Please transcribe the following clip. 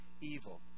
evil